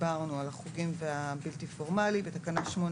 דיברנו על החוגים ועל הבלתי פורמלי: תיקון תקנה 8